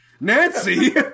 Nancy